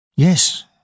Yes